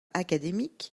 académique